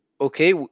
Okay